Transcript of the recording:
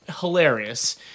hilarious